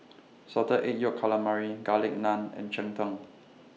Salted Egg Yolk Calamari Garlic Naan and Cheng Tng